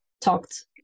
talked